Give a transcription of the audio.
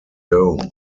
dome